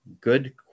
good